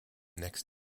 next